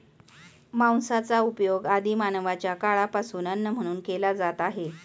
मांसाचा उपयोग आदि मानवाच्या काळापासून अन्न म्हणून केला जात आहे